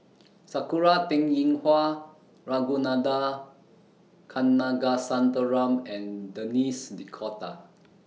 Sakura Teng Ying Hua Ragunathar Kanagasuntheram and Denis D'Cotta